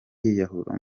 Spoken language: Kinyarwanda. yiyahura